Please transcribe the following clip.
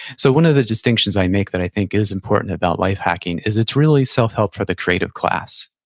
so, one of the distinctions i make that i think is important about life hacking is it's really self-help for the creative class.